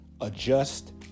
adjust